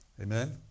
Amen